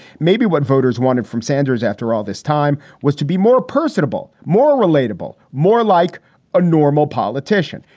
maybe what voters wanted from sanders after all this time was to be more personable, more relatable, more like a normal politician.